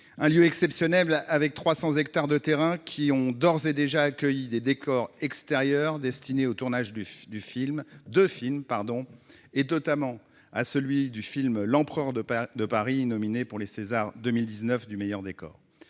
un lieu exceptionnel, avec 300 hectares de terrains qui ont d'ores et déjà accueilli des décors extérieurs destinés au tournage de films, notamment, nominé pour le César 2019 du meilleur décor.